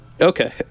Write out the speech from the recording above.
Okay